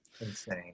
insane